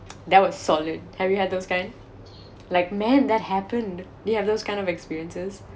that was solid have you had those kind like man that happened do you have those kind of experiences